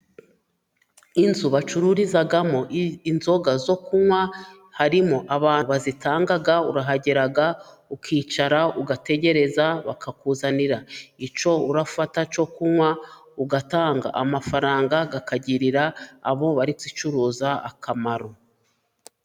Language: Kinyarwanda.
Inzu bacururizamo inzoga zo kunywa harimo abantu bazitanga, urahagera ukicara ugategereza bakakuzanira icyo urafata cyo kunywa, ugatanga amafaranga akagirira abo bari kuzicuruza akamaro.